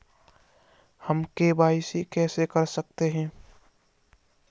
हम के.वाई.सी कैसे कर सकते हैं?